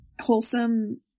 wholesome